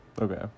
Okay